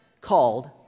called